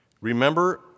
remember